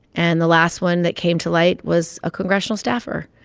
and the last one that came to light was a congressional staffer.